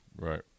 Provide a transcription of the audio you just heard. Right